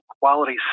quality